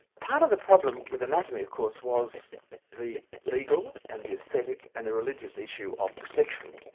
part of the problem with anatomy of course was the legal and the aesthetic and the religious issue of dissection,